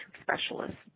specialists